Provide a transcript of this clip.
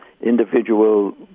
individual